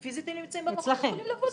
פיזית הם נמצאים במקום, יכולים לבוא לראות.